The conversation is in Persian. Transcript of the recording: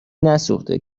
نسوخته